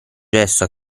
gesto